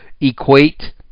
equate